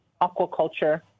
aquaculture